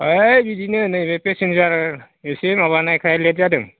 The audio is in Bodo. ओइ बिदिनो नैलै पेसेन्जार एसे माबानायखाय लेट जादों